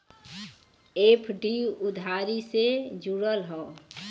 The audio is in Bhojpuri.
एफ.डी उधारी से जुड़ल हौ